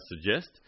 suggest